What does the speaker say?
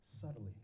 subtly